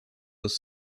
was